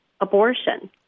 abortion